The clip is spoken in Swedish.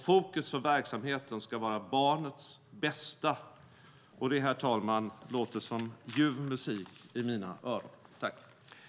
Fokus för verksamheten ska vara barnets bästa. Och det, herr talman, låter som ljuv musik i mina öron!